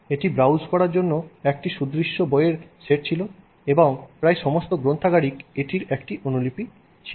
এটি ব্রাউজ করার জন্য একটি সুদৃশ্য বইয়ের সেট ছিল এবং প্রায় সমস্ত গ্রন্থাগারিক এটি একটি অনুলিপি ছিল